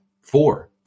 four